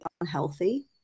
unhealthy